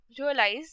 realize